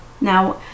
Now